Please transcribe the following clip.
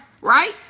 right